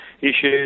issues